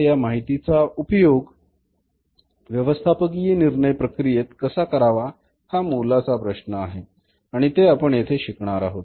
पण कॉस्ट अकाउंटिंगची तंत्रे वापरून तयार झालेल्या या माहितीचा उपयोग व्यवस्थापकीय निर्णय प्रक्रियेत कसा करावा हा मोलाचा प्रश्न आहे आणि ते आपण येथे शिकणार आहोत